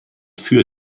für